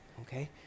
okay